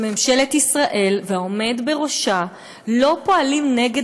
שממשלת ישראל והעומד בראשה לא פועלים נגד